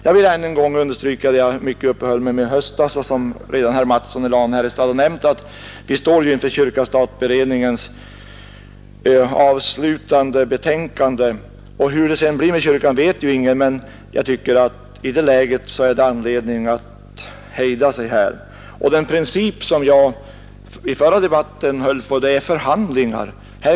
Jag vill än en gång understryka det jag mycket uppehöll mig vid i höstas och som herr Mattsson i Lane-Herrestad redan har nämnt, att vi står ju inför kyrka—stat-beredningens avslutande betänkande. Hur det sedan blir med kyrkan vet ingen, men jag tycker att i detta läge är det anledning att hejda sig här. Och den princip som jag i den förra debatten höll på är förhandlingar.